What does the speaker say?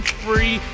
free